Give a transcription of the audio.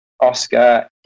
Oscar